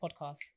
Podcast